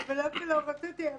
לא שלא רציתי.